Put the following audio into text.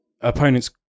Opponents